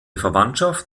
verwandtschaft